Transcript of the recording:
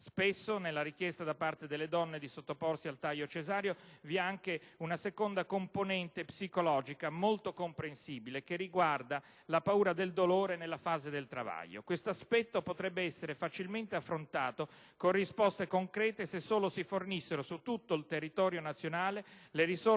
Spesso nella richiesta da parte delle donne di sottoporsi al taglio cesareo vi è anche una seconda componente psicologica molto comprensibile, che riguarda la paura del dolore nella fase del travaglio. Questo aspetto potrebbe essere facilmente affrontato con risposte concrete, se solo si fornissero su tutto il territorio nazionale le risorse